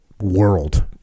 world